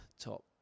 top